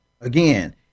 Again